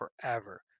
forever